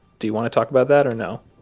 do you want to talk about that or no?